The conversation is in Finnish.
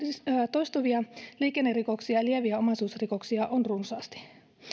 toistuvia liikennerikoksia ja lieviä omaisuusrikoksia on runsaasti